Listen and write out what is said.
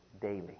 daily